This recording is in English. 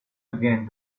again